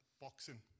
boxing